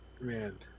Man